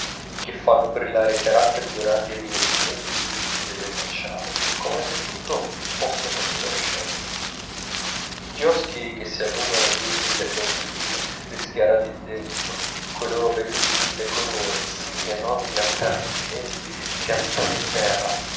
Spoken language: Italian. che fanno brillare i caratteri dorati e i rivestimenti lucidi delle facciate come se tutto fosse fosforescente i chioschi che si allungano in due file senza fine rischiarati di dentro coi loro vetri di mille colori simili a enormi lanterne chinesi piantate in terra